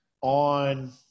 on